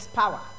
power